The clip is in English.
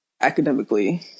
academically